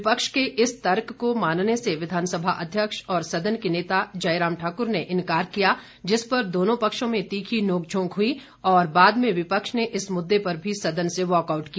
विपक्ष के इस तर्क को मानने से विधानसभा अध्यक्ष और सदन के नेता जयराम ठाकुर ने इनकार किया जिस पर दोनों पक्षों में तीखी नोक झोंक हुई और बाद में विपक्ष ने इस मुद्दे पर भी सदन से वाकआउट किया